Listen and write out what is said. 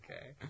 Okay